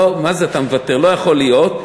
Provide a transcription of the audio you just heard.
מה זה אתה מוותר, לא יכול להיות.